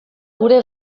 gure